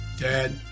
Dad